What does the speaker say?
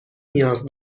نیاز